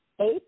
eight